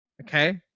Okay